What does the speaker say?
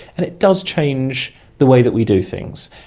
and it does change the way that we do things.